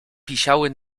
pisiały